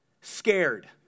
scared